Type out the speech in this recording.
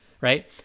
right